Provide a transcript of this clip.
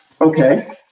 Okay